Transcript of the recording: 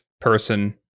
person